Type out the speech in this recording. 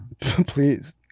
please